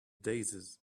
daisies